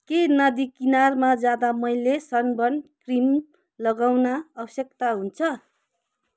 के नदी किनारमा जाँदा मैले सनबर्न क्रिम लगाउन आवश्यकता हुन्छ